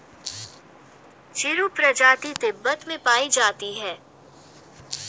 चिरु प्रजाति की भेड़ तिब्बत में पायी जाती है